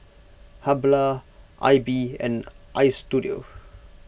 Habhal Aibi and Istudio